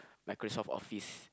Microsoft-Office